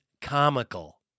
comical